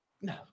No